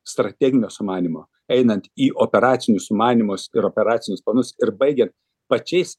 strateginio sumanymo einant į operacinius sumanymus ir operacinius planus ir baigiant pačiais